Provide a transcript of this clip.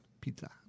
Pizza